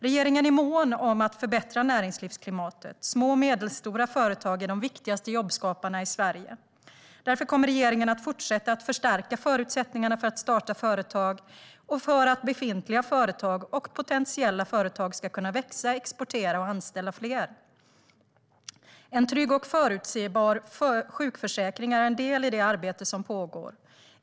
Regeringen är mån om att förbättra näringslivsklimatet. Små och medelstora företag är de viktigaste jobbskaparna i Sverige. Därför kommer regeringen att fortsätta förstärka förutsättningarna för att starta företag och för att befintliga företag och potentiella företag ska kunna växa, exportera och anställa fler. En trygg och förutsebar sjukförsäkring är en del i det arbete som pågår.